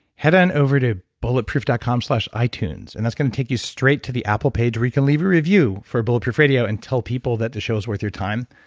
head on over to bulletproof dot com slash itunes, and that's going to take you straight to the apple page where you can leave a review for bulletproof radio and tell people that the show is worth your time.